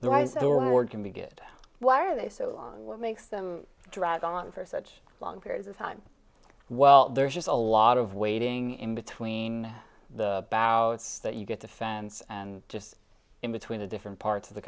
good why are they so long what makes them drag on for such long periods of time well there's just a lot of waiting in between the bouts that you get defense and just in between the different parts of the